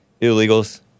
Illegals